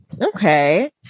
okay